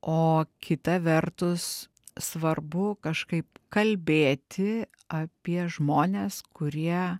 o kita vertus svarbu kažkaip kalbėti apie žmones kurie